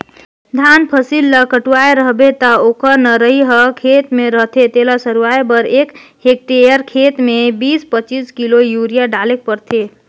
धान फसिल ल कटुवाए रहबे ता ओकर नरई हर खेते में रहथे तेला सरूवाए बर एक हेक्टेयर खेत में बीस पचीस किलो यूरिया डालेक परथे